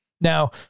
Now